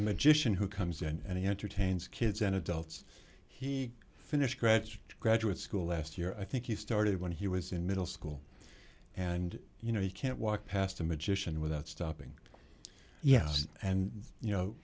magician who comes and entertains kids and adults he finished grad school graduate school last year i think he started when he was in middle school and you know you can't walk past a magician without stopping yes and you know